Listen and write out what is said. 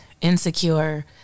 insecure